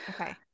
okay